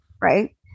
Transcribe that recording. right